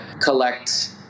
collect